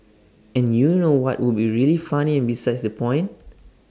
and you know what would be really funny and besides the point